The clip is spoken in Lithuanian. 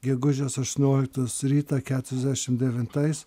gegužės aštuonioliktos rytą keturiasdešim devintais